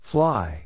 Fly